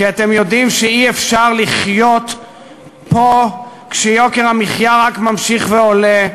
כי אתם יודעים שאי-אפשר לחיות פה כשיוקר המחיה רק ממשיך לעלות,